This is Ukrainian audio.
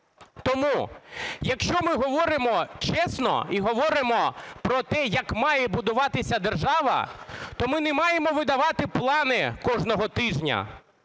Тому, якщо ми говоримо чесно і говоримо про те, як має будуватися держава, то ми не маємо видавати плани кожного тижня,